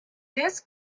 this